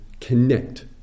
connect